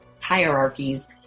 hierarchies